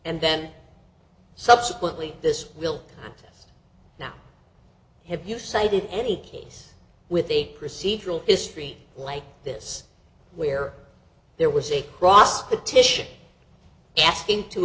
and then subsequently this will now have you cited any case with a procedural history like this where there was a cross petition asking to